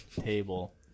table